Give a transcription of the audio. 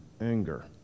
anger